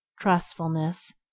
trustfulness